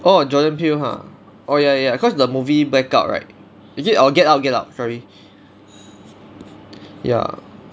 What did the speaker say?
orh jordan peele !huh! oh ya ya because the movie blackout right is it oh get out get out sorry